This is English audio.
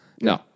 No